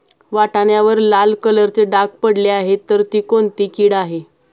वाटाण्यावर लाल कलरचे डाग पडले आहे तर ती कोणती कीड आहे?